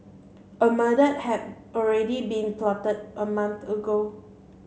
a murder had already been plotted a month ago